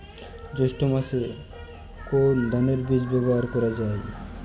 জৈষ্ঠ্য মাসে কোন ধানের বীজ ব্যবহার করা যায়?